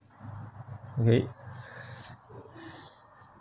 okay